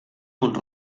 mont